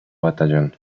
batallón